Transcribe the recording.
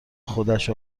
خودش